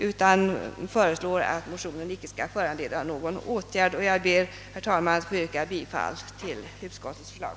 Utskottet föreslår att motionen icke skall föranleda någon åtgärd, och jag ber, herr talman, få yrka bifall till utskottets förslag.